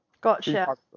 Gotcha